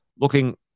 looking